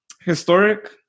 Historic